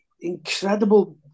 incredible